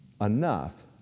enough